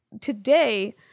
Today